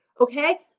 okay